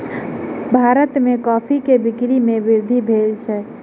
भारत में कॉफ़ी के बिक्री में वृद्धि भेल अछि